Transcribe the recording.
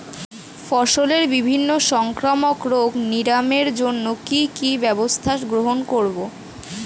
ফসলের বিভিন্ন সংক্রামক রোগ নিরাময়ের জন্য কি কি ব্যবস্থা গ্রহণ করব?